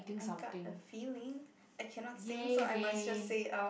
I got a feeling I cannot sing so I must just say it out